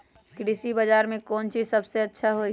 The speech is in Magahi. कृषि बजार में कौन चीज सबसे अच्छा होई?